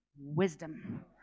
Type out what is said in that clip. wisdom